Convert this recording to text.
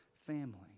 family